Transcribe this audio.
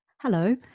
Hello